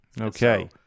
Okay